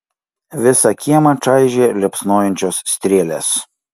visą kiemą čaižė liepsnojančios strėlės